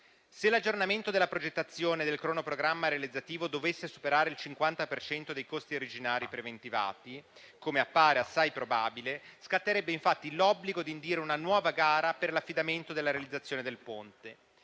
Se l'aggiornamento della progettazione del cronoprogramma realizzativo dovesse superare il 50 per cento dei costi originari preventivati, come appare assai probabile, scatterebbe infatti l'obbligo di indire una nuova gara per l'affidamento della realizzazione del Ponte.